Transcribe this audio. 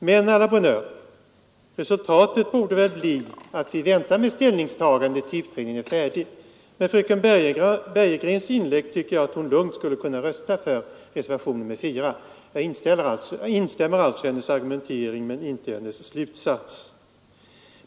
Men å la bonne heure — resultatet borde väl bli att vi väntar med ställningstagandet tills utredningen är färdig. Efter att ha hört fröken Bergegrens inlägg tycker jag att hon lugnt skulle kunna rösta för reservationen 4. Jag instämmer alltså i hennes argumentering men inte i hennes slutsats.